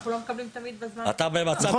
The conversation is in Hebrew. ואנחנו לא מקבלים תמיד בזמן את ה --- נכון,